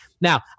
Now